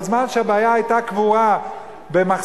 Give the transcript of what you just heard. כל זמן שהבעיה היתה קבורה במחסנים,